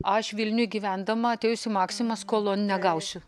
aš vilniuj gyvendama atėjus į maksimą skolon negausiu